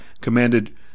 commanded